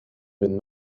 ben